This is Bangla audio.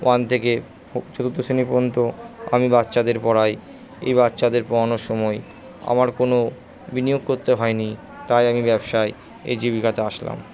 ওয়ান থেকে চতুর্থ শ্রেণি পর্যন্ত আমি বাচ্চাদের পড়াই এই বাচ্চাদের পড়ানোর সময় আমার কোনো বিনিয়োগ করতে হয় নি তাই আমি ব্যবসায় এই জীবিকাতে আসলাম